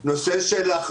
זה נוסח ששלחנו לכם.